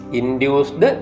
induced